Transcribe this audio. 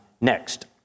Next